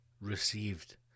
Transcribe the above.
received